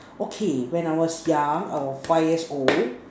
okay when I was young I was five years old